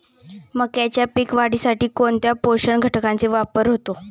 मक्याच्या पीक वाढीसाठी कोणत्या पोषक घटकांचे वापर होतो?